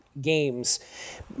games –